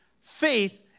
faith